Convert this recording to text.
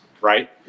right